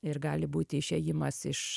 ir gali būti išėjimas iš